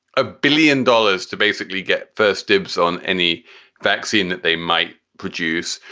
a billion dollars to basically get first dibs on any vaccine that they might produce.